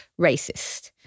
racist